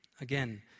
Again